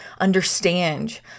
understand